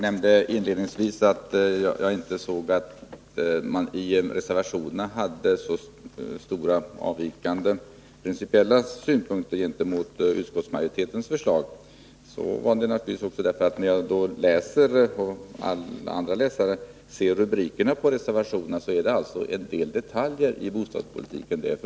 Fru talman! Jag konstaterade inledningsvis att man i reservationerna inte har så stora avvikande principiella synpunkter gentemot utskottsmajoriteten. Jag och andra läsare kan ju se att rubrikerna på reservationerna gäller en del detaljer inom bostadspolitiken.